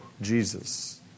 Jesus